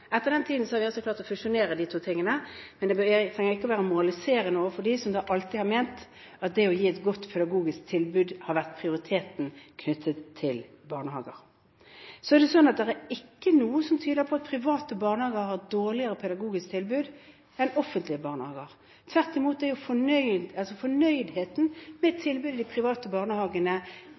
Etter den tid har vi klart å fusjonere de to tingene, men jeg trenger ikke å være moraliserende overfor dem som alltid har ment at det å gi et godt pedagogisk tilbud i barnehagen har vært prioritert. Det er ikke noe som tyder på at private barnehager har et dårligere pedagogisk tilbud enn offentlige barnehager. Tvert imot er tilfredsheten med tilbudet i de private barnehagene